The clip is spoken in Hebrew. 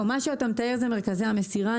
מה שאתה מתאר אלה מרכזי המסירה.